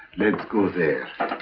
let's go there.